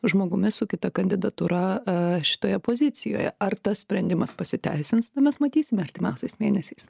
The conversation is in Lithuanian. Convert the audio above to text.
žmogumi su kita kandidatūra šitoje pozicijoje ar tas sprendimas pasiteisinsna mes matysim artimiausiais mėnesiais